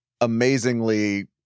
amazingly